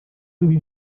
w’ibi